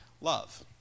Love